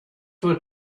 were